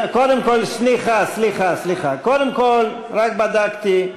סליחה, קודם כול, רק בדקתי.